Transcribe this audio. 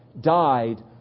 died